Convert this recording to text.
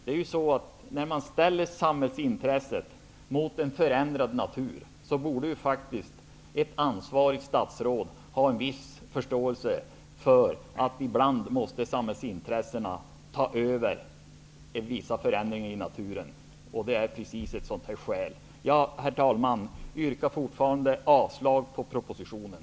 Ett ansvarigt statsråd borde ha en viss förståelse för att samhällsintressena ibland väger över när man ställer dem mot vissa förändringar i naturen. Det här är precis ett sådant tillfälle. Herr talman! Jag yrkar fortfarande avslag på propositionen.